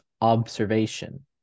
observation